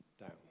down